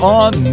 on